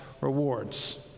rewards